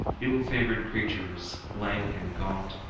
ill-favored creatures, lank and gaunt,